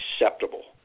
acceptable